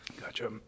gotcha